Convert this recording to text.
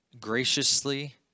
Graciously